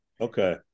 okay